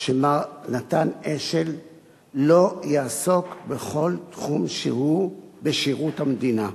שמר נתן אשל לא יעסוק בכל תחום שהוא בשירות המדינה.